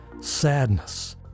sadness